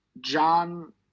John